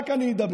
רק אני אדבר.